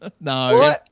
No